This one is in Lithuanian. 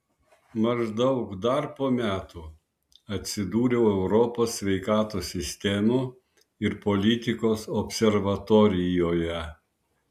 maždaug dar po metų atsidūriau europos sveikatos sistemų ir politikos observatorijoje